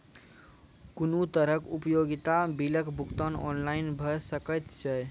कुनू तरहक उपयोगिता बिलक भुगतान ऑनलाइन भऽ सकैत छै?